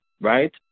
Right